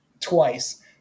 twice